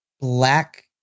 black